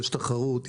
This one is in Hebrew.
יש תחרות,